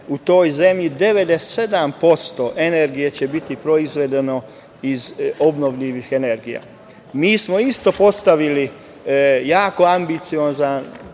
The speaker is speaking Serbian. u toj zemlji 97% energije biti proizvedeno iz obnovljivih izvora energije. Mi smo isto postavili jako ambiciozan